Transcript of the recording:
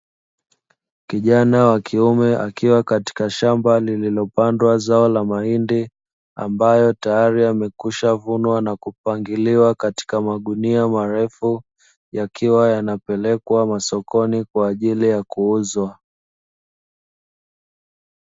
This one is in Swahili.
Kijana wa kiume akiwa katika shamba lililopandwa zao la mahindi, ambayo tayari yamekwishavunwa na kupangiliwa katika magunia marefu, yakiwa yanapelekwa masokoni kwa ajili ya kuuzwa.